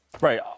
Right